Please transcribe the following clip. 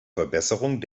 verbesserung